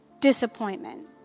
disappointment